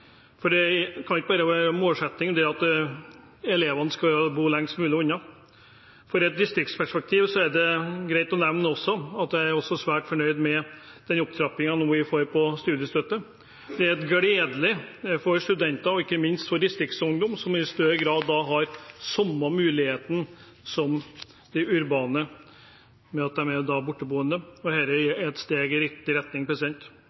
For det kan ikke være en målsetting at elevene skal bo lengst mulig unna hjemmet. Fra et distriktsperspektiv er det greit å nevne at jeg også er svært fornøyd med den opptrappingen vi nå får av studiestøtten. Det er gledelig for studenter og ikke minst for distriktsungdom, som i større grad da har samme mulighet som de urbane, ved at de er borteboende. Dette er et steg i riktig retning,